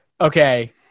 okay